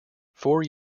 four